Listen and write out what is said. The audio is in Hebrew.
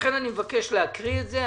לכן אני מבקש להקריא את זה,